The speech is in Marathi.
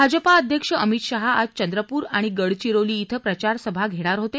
भाजपा अध्यक्ष अमित शहा आज चंद्रपूर आणि गडचिकोली इथं प्रचार सभा घेणार होते